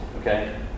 okay